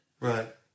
Right